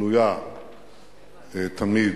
גלויה תמיד,